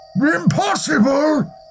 Impossible